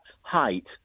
height